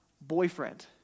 boyfriend